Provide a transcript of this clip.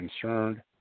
concerned